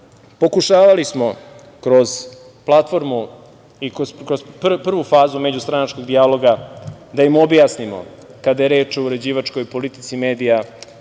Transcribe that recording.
pokušavali smo kroz platformu i kroz prvu fazu međustranačkog dijaloga da im objasnimo, kada je reč o uređivačkoj politici medija,